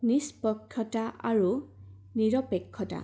নিজ পক্ষতা আৰু নিৰপেক্ষতা